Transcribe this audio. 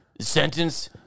Sentence